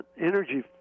energy